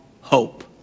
hope